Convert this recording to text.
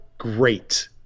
great